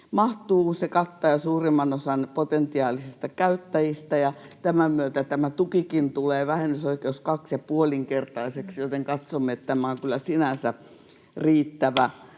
yläraja kattaa jo suurimman osan potentiaalisista käyttäjistä, ja tämän myötä tämän tuenkin vähennysoikeus tulee 2,5-kertaiseksi, joten katsomme, että tämä on kyllä sinänsä riittävä.